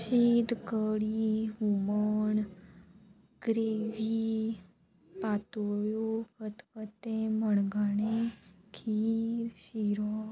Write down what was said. शीत कडी हुमण ग्रेवी पातोळ्यो खतखतें मणगणें खीर शिरो